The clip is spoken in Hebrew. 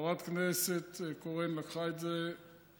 חברת הכנסת קורן לקחה את זה בדרכה,